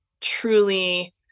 truly